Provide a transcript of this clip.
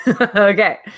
Okay